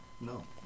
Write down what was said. No